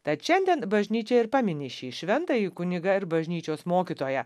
tad šiandien bažnyčia ir pamini šį šventąjį kunigą ir bažnyčios mokytoją